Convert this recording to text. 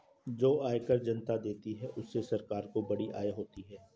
जो आयकर जनता देती है उससे सरकार को बड़ी आय होती है